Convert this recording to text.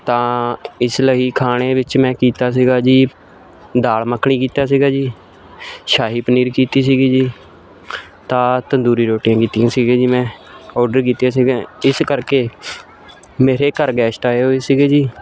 ਤਾਂ ਇਸ ਲਈ ਖਾਣੇ ਵਿੱਚ ਮੈਂ ਕੀਤਾ ਸੀਗਾ ਜੀ ਦਾਲ ਮੱਖਣੀ ਕੀਤਾ ਸੀਗਾ ਜੀ ਸ਼ਾਹੀ ਪਨੀਰ ਕੀਤੀ ਸੀਗੀ ਜੀ ਤਾਂ ਤੰਦੂਰੀ ਰੋਟੀਆਂ ਕੀਤੀਆਂ ਸੀਗੀ ਜੀ ਮੈਂ ਔਰਡਰ ਕੀਤੀਆਂ ਸੀਗੀਆਂ ਇਸ ਕਰਕੇ ਮੇਰੇ ਘਰ ਗੈਸਟ ਆਏ ਹੋਏ ਸੀਗੇ ਜੀ